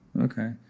Okay